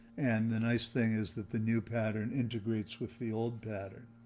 and the nice thing is that the new pattern integrates with the old pattern.